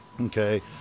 okay